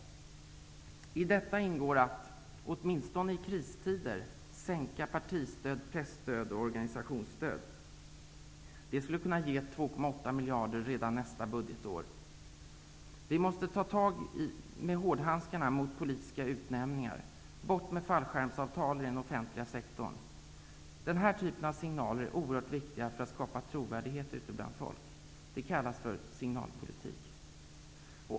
I detta ingår att, åtminstone i kristider, sänka partistöd, presstöd och organisationsstöd. Det skulle kunna ge 2,8 miljarder redan nästa budgetår. Vi måste ta i med hårdhandskarna mot politiska utnämningar. Fallskärmsavtalen i den offentliga sektorn skall tas bort. Denna typ av signaler är oerhört viktiga för att det skall skapas trovärdighet ute bland folk. Det kallas signalpolitik.